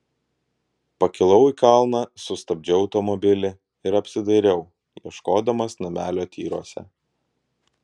pakilau į kalną sustabdžiau automobilį ir apsidairiau ieškodamas namelio tyruose